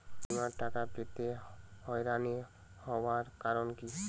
বিমার টাকা পেতে হয়রানি হওয়ার কারণ কি?